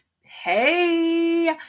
hey